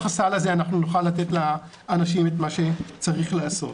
הסל הזה אנחנו נוכל לתת לאנשים את מה שצריך לעשות.